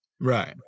right